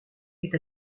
est